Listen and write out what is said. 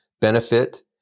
benefit